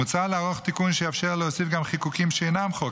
מוצע לערוך תיקון שיאפשר להוסיף גם חיקוקים שאינם חוק,